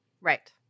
Right